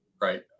right